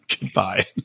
Goodbye